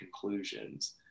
conclusions